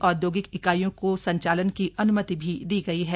औदयोगिक इकाइयों को संचालन की अनुमति भी दी गई है